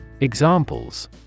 Examples